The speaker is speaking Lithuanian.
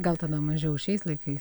gal tada mažiau šiais laikais